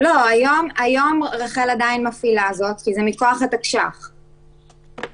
אולי לצורך הארכת התקש"ח עדיף שהם ימשיכו לטפל בזה.